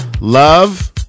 Love